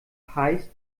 heißt